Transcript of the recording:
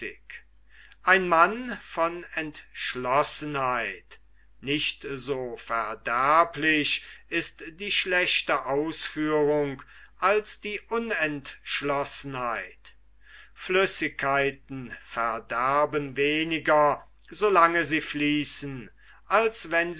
nicht so verderblich ist die schlechte ausführung als die unentschlossenheit flüssigkeiten verderben weniger solange sie fließen als